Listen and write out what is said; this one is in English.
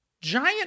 giant